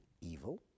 evil